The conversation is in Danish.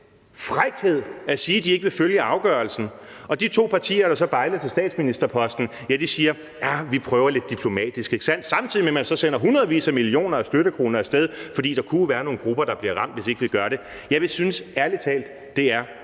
frækhed at sige, at de ikke vil følge afgørelsen. De to partier, der så bejler til statsministerposten, siger, at ja, de prøver med lidt diplomati, samtidig med at man så sender hundredvis af millioner af støttekroner af sted, fordi der jo kunne være nogle grupper, der bliver ramt, hvis ikke vi gør det. Vi synes ærlig talt, det er